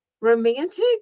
romantic